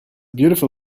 beautiful